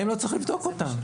האם לא צריך לבדוק אותם?